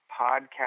Podcast